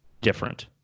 different